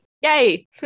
Yay